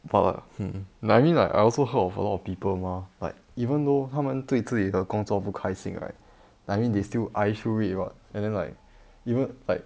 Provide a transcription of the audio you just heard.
but like hmm like I mean like I also heard of a lot of people mah like even though 他们对自己的工作不开心 right I mean they still 挨 through it [what] and then like even like